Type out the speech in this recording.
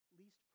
least